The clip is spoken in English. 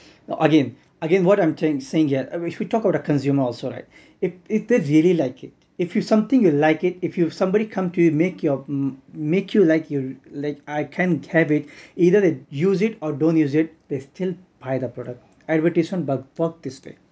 again again what I'm trying saying here if we talk about the consumer also right if they really like it if you something you like it if you have somebody come to you make you make you like you like I can have it either use it or don't use it they still buy the product advertisement work this way